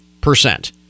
percent